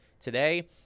today